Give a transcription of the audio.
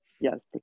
yes